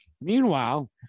Meanwhile